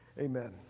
Amen